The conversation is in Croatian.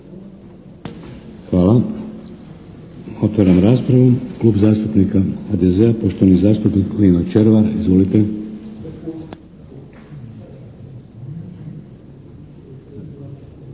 Hvala. Otvaram raspravu. Klub zastupnika HDZ-a poštovani zastupnik Lino Červar. Izvolite.